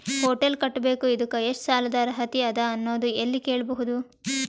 Hotel ಕಟ್ಟಬೇಕು ಇದಕ್ಕ ಎಷ್ಟ ಸಾಲಾದ ಅರ್ಹತಿ ಅದ ಅನ್ನೋದು ಎಲ್ಲಿ ಕೇಳಬಹುದು?